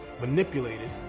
manipulated